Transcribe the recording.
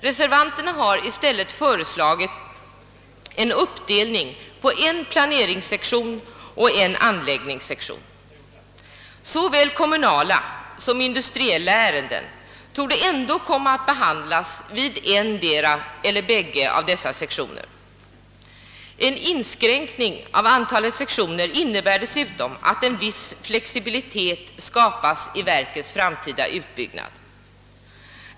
Reservanterna har i stället föreslagit en uppdelning på en planeringssektion och en anläggningssektion. Såväl kommunala som industriella ärenden torde ändå komma att behandlas vid endera eller båda av dessa sektioner. En inskränkning av antalet sektioner innebär dessutom att en viss flexibilitet skapas i verkets framtida utbyggnad.